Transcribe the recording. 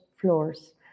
floors